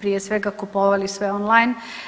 prije svega kupovali sve on-line.